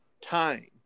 time